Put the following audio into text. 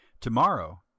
To-morrow